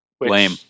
Lame